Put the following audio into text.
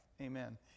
amen